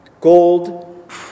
Gold